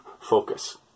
focus